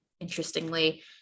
Interestingly